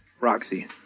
Roxy